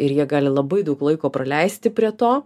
ir jie gali labai daug laiko praleisti prie to